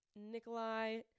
Nikolai